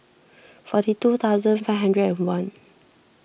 forty two thousand five hundred and one